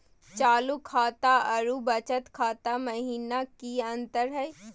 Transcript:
चालू खाता अरू बचत खाता महिना की अंतर हई?